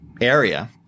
area